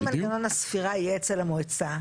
אם מנגנון הספירה יהיה אצל המועצה,